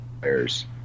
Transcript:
players